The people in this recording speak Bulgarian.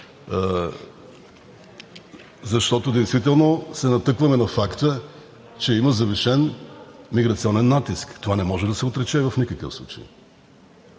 защото действително се натъкваме на факта, че има завишен миграционен натиск. Това не може да се отрече в никакъв случай